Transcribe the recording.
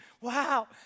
wow